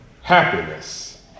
happiness